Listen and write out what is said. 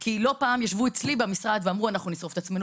כי לא פעם ישבו אצלי במשרד ואמרו: אנחנו נשרוף את עצמנו,